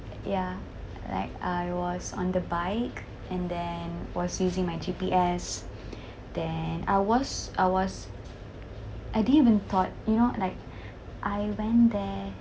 ya like I was on the bike and then was using my GPS then I was I was I didn't even thought you know like I went there